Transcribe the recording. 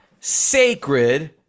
sacred